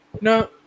No